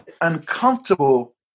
uncomfortable